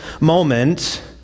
moment